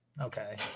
Okay